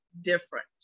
Different